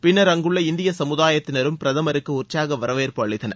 பின்னர் அங்குள்ள இந்திய சமுதாயத்தினரும் பிரதமருக்கு உற்சாக வரவேற்பு அளித்தனர்